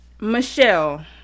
Michelle